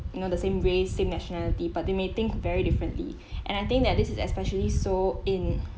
you know the same race same nationality but they may think very differently and I think that this is especially so in